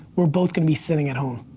we're both gonna be sitting at home.